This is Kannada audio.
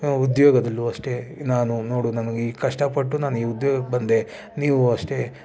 ಉದ್ಯೋಗದಲ್ಲೂ ಅಷ್ಟೇ ನಾನು ನೋಡು ನಮಗೆ ಈ ಕಷ್ಟಪಟ್ಟು ನಾನು ಈ ಉದ್ಯೋಗಕ್ಕೆ ಬಂದೆ ನೀವು ಅಷ್ಟೇ